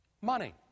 money